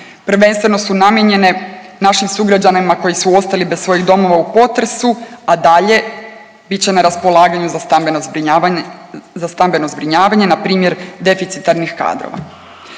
Prvenstveno su namijenjene našim sugrađanima koji su ostali bez svojih domova u potresu, a dalje bit će na raspolaganju za stambeno zbrinjavanje, na primjer deficitarnih kadrova.